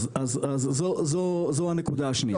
אז זו הנקודה השנייה.